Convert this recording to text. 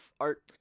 art